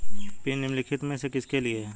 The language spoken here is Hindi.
पिन निम्नलिखित में से किसके लिए है?